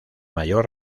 mayor